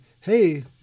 hey